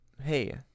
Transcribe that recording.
hey